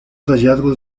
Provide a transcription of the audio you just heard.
hallazgos